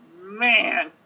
man